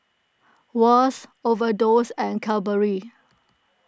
Wall's Overdose and Cadbury